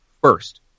first